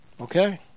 okay